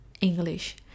English